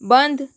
बंद